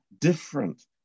different